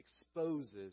exposes